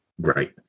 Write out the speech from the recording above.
great